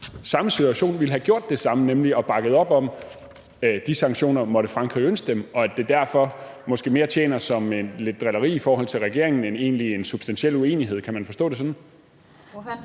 samme situation ville have gjort det samme, nemlig bakket op om de sanktioner, måtte Frankrig ønske dem, og at det derfor måske mere tjener som lidt drilleri i forhold til regeringen end en egentlig substantiel uenighed. Kan man forstå det sådan?